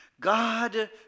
God